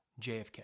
JFK